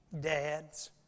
dads